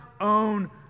own